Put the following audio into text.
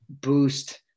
boost